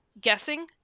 guessing